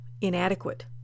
inadequate